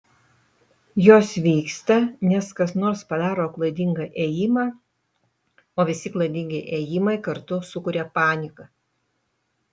jos vyksta nes kas nors padaro klaidingą ėjimą o visi klaidingi ėjimai kartu sukuria paniką